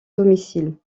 domicile